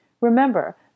Remember